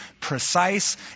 precise